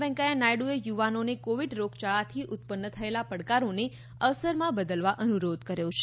વૈકેયા નાયડુએ યુવાનોને કોવિડ રોગયાળાથી ઉત્પન્ન થયેલા પડકારોને અવસરમાં બદલવા અનુરોધ કર્યો છે